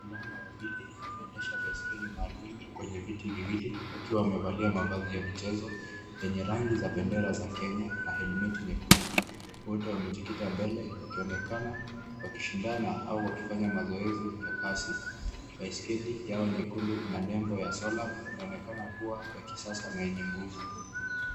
Wavulana wawili wanaendesha baiskeli maalum kwenye viti viwili wakiwa wamevalia mavazi ya michezo yenye rangi za bendera za Kenya na helmiti nyekundu, wote wamejikita mbele wakionekana wakishindana au wakifanya mazoezi ya kasi, baiskeli yao nyekundu ina nembo ya solar , inaonekana kuwa ya kisasa na yenye nguvu.